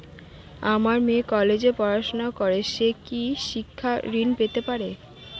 আমার মেয়ে কলেজে পড়াশোনা করে সে কি শিক্ষা ঋণ পেতে পারে?